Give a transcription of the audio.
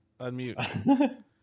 Unmute